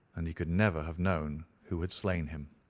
and he could never have known who had slain him.